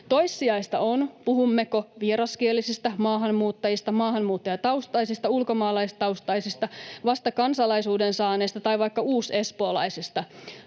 Toissijaista on, puhummeko vieraskielisistä maahanmuuttajista, maahanmuuttajataustaisista, ulkomaalaistaustaisista, vasta kansalaisuuden saaneista tai vaikka uusespoolaisista.